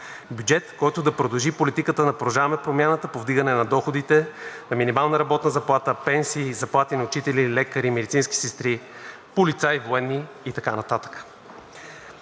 бюджет, който да продължи политиката на „Продължаваме Промяната“ по вдигане на доходите, на минималната работна заплата, пенсии, заплати на учители, лекари, медицински сестри, полицаи, военни и така нататък;